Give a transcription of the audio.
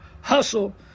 hustle